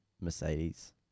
Mercedes